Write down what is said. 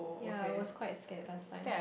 ya I was quite scared last time